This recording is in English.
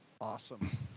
awesome